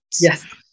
Yes